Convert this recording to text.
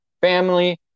family